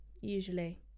usually